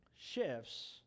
shifts